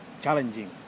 Challenging